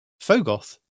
Fogoth